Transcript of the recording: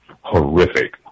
horrific